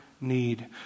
need